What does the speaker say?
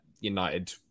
United